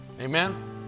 Amen